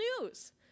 news